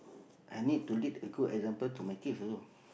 I need to lead a good example to my kid also